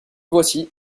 voici